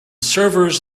servers